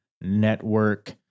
Network